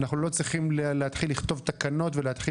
אנחנו לא צריכים להתחיל לכתוב תקנות ולהתחיל